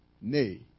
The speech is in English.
Nay